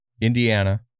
Indiana